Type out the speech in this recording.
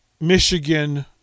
Michigan